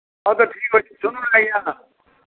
ହଁ ତ ଠିକ୍ ଅଛେ ଶୁନନ୍ ଆଜ୍ଞା